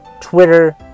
Twitter